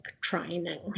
training